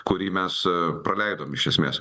kurį mes praleidom iš esmės